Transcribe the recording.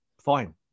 Fine